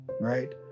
right